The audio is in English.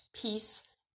peace